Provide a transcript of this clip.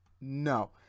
No